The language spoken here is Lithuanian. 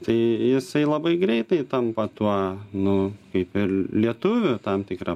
tai jisai labai greitai tampa tuo nu kaip ir lietuvia tam tikra